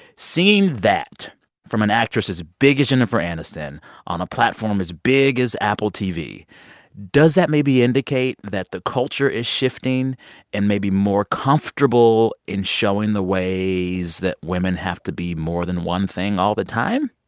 seeing that from an actress as big as jennifer aniston on a platform as big as apple tv does that maybe indicate that the culture is shifting and may be more comfortable in showing the ways that women have to be more than one thing all the time?